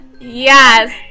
Yes